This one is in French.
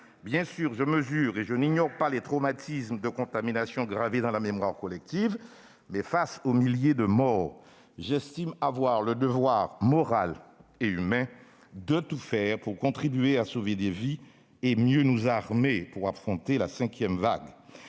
Bien sûr, je mesure et je n'ignore pas les traumatismes de contaminations gravés dans la mémoire collective, mais face aux milliers de morts, j'estime avoir le devoir moral et humain de tout faire pour contribuer à sauver des vies et mieux nous armer pour affronter la cinquième vague.